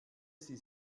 sie